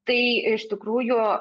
tai iš tikrųjų